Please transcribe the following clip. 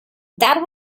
that